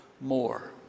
more